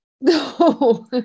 No